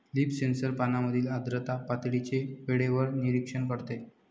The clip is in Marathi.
लीफ सेन्सर पानांमधील आर्द्रता पातळीचे वेळेवर निरीक्षण करते